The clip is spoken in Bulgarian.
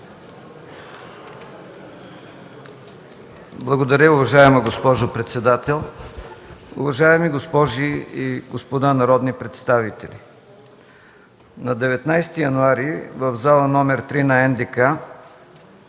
Благодаря, уважаема госпожо председател. Уважаеми госпожи и господа народни представители! На 19 януари в Зала № 3 на